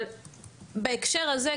אבל בהקשר הזה,